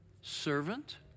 servant